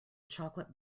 chocolate